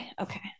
okay